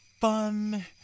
fun